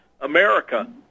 America